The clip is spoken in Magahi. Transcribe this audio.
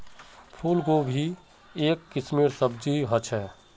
फूल कोबी एक किस्मेर सब्जी ह छे